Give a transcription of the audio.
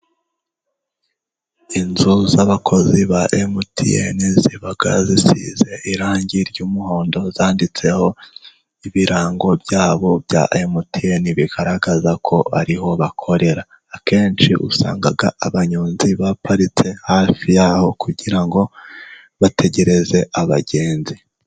Inzu z'abakozi ba emutiyene， ziba zisize irangi ry'umuhondo，zanditseho ibirango byabo bya emutiyene，bigaragaza ko ariho bakorera. Akenshi usanga abanyonzi ba paritse hafi yaho， kugira ngo bategereze abagenzi.